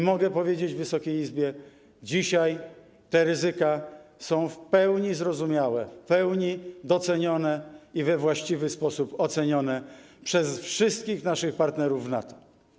Mogę powiedzieć Wysokiej Izbie: dzisiaj te ryzyka są w pełni zrozumiałe, w pełni docenione i we właściwy sposób ocenione przez wszystkich naszych partnerów w NATO.